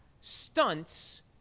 stunts